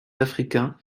africains